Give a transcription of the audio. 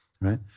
right